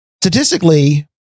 statistically